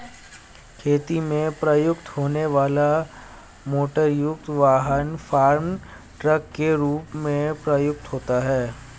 खेती में प्रयुक्त होने वाला मोटरयुक्त वाहन फार्म ट्रक के रूप में प्रयुक्त होता है